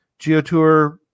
GeoTour